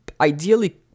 ideally